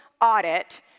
audit